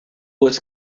was